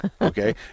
okay